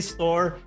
Store